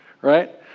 right